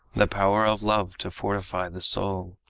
the power of love to fortify the soul,